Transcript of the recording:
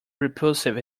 repulsive